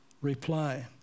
reply